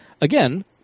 again